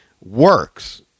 works